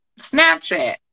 Snapchat